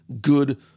good